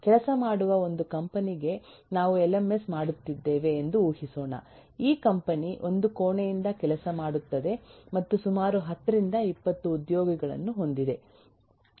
ಕೆಲಸ ಮಾಡುವ ಒಂದು ಕಂಪನಿ ಗೆ ನಾವು ಎಲ್ಎಂಎಸ್ ಮಾಡುತ್ತಿದ್ದೇವೆ ಎಂದು ಊಹಿಸೋಣ ಈ ಕಂಪನಿ ಒಂದೇ ಕೋಣೆಯಿಂದ ಕೆಲಸ ಮಾಡುತ್ತದೆ ಮತ್ತು ಸುಮಾರು 10 ರಿಂದ 20 ಉದ್ಯೋಗಿಗಳನ್ನು ಹೊಂದಿದೆ